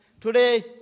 Today